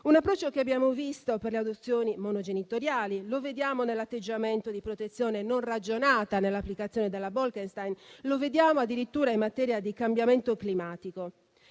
un approccio che abbiamo visto per le adozioni monogenitoriali e che vediamo nell'atteggiamento di protezione non ragionata nell'applicazione della direttiva Bolkestein; lo vediamo addirittura in materia di cambiamento climatico.